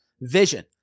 Vision